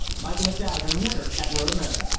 michael mcdowell your winner at road america.